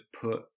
put